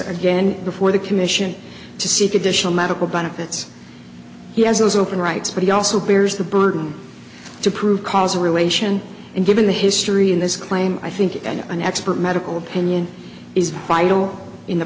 again before the commission to seek additional medical benefits he has open rights but he also bears the burden to prove cause a relation and given the history in this claim i think and an expert medical opinion is vital in the